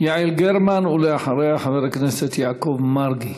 יעל גרמן, ואחריה, חבר הכנסת יעקב מרגי.